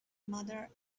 mother